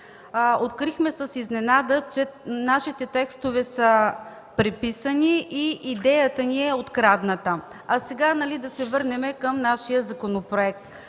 открихме, че нашите текстове са преписани и идеята ни е открадната. Да се върнем към нашия законопроект.